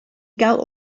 gael